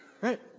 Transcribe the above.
Right